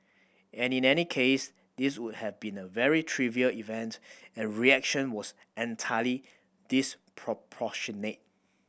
any any case this would have been a very trivial event and reaction was entirely disproportionate